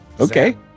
Okay